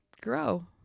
grow